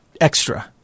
extra